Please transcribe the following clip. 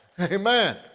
Amen